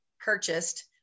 purchased